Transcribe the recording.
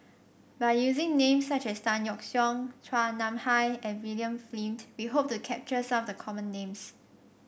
by using names such as Tan Yeok Seong Chua Nam Hai and William Flint we hope to capture some of the common names